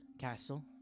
castle